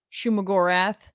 Shumagorath